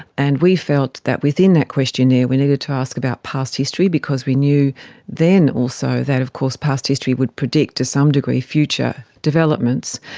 and we felt that within that questionnaire we needed to ask about past history because we knew then also that of course past history would predict to some degree future developments.